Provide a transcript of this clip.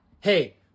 Hey